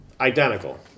identical